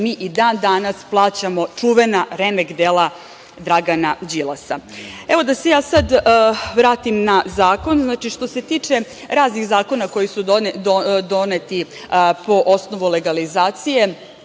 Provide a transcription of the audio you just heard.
mi i dan danas plaćamo čuvena remek dela Dragana Đilasa. Da se vratim na zakon. Što se tiče raznih zakona koji su doneti po osnovu legalizacije,